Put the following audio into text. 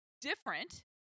different